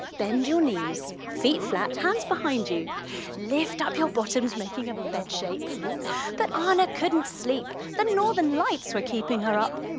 bend your knees, feet flat, hands behind you lift up your bottoms making a bed shape but anna couldn't sleep. the northern lights were keeping her up.